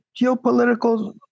geopolitical